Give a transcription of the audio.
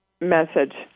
message